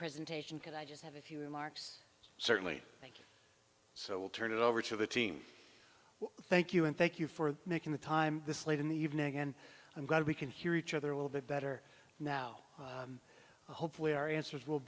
presentation can i just have a few remarks certainly thank you so i will turn it over to the team thank you and thank you for making the time this late in the evening and i'm glad we can hear each other a little bit better now hopefully our